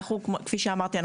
כפי שאמרתי,